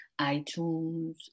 itunes